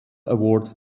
award